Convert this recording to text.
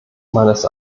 meines